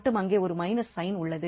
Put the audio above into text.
மற்றும் அங்கே ஒரு மைனஸ் சைன் உள்ளது